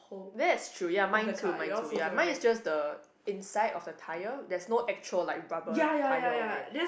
that's true ya mine too mine too ya mine is just the inside of the tyre that's no actual like rubber tyre over it